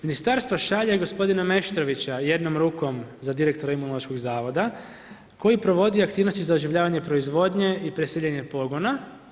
Ministarstvo šalje gospodina Meštrovića jednom rukom za direktora Imunološkog zavoda koji provodi aktivnosti za oživljavanje proizvodnje i preseljenja pogona.